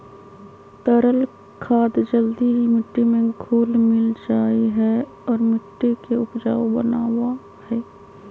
तरल खाद जल्दी ही मिट्टी में घुल मिल जाहई और मिट्टी के उपजाऊ बनावा हई